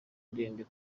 ndende